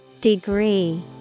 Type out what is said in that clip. Degree